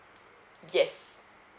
yes